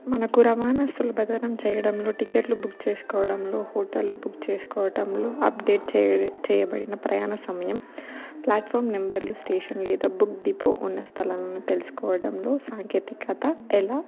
మనకు రవాణా సులభతరం చెయ్యడంలో టికెట్లు బుక్ చేసుకోవడంలో హోటల్ బుక్ చేసుకోవడంలో అప్డేట్ చేయ చెయ్యబడిన ప్రయాణ సమయం ప్లాట్ఫామ్ నెంబర్లు స్టేషన్ లేదా బస్ డిపో ఉన్న స్థలాలను తెలుసుకోవడంలో సాంకేతికత ఎలా